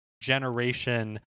generation